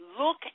look